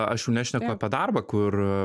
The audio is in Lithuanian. aš jau nešneku apie darbą kur